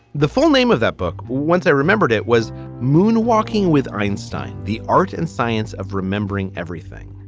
the full name of that book, once i remembered it, was moonwalking with einstein, the art and science of remembering everything.